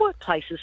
workplaces